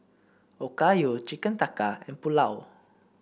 Okayu Chicken Tikka and Pulao